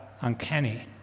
uncanny